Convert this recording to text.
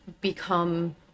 become